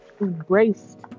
embraced